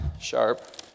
sharp